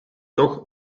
toch